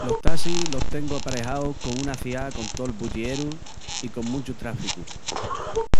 Los tassis los tengu aparejaus con una ciá con tol bullieru i con munchu tráficu.